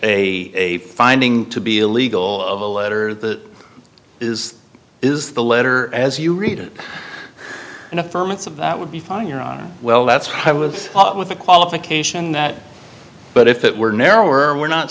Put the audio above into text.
a finding to be illegal of a letter that is is the letter as you read it an affirmative that would be fine your honor well that's what i was taught with the qualification that but if it were narrower we're not